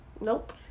Nope